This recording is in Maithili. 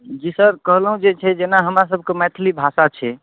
जी सर कहलहुँ जे छै जेना हमरासबके मैथिली भाषा छै